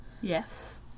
Yes